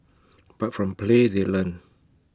but from play they learn